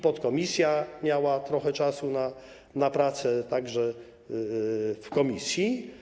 Podkomisja miała trochę czasu na pracę, także komisja.